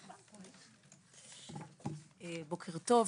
בוקר טוב.